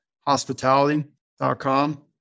hospitality.com